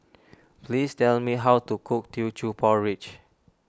please tell me how to cook Teochew Porridge